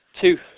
Two